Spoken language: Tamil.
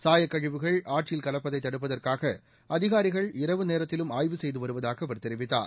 சாயக்கழிவுகள் ஆற்றில் கலப்பதை தடுப்பதற்காக அதிகாரிகள் இரவு நேரத்திலும் ஆய்வு செய்து வருவதாக அவர் தெரிவித்தார்